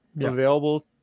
available